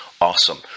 awesome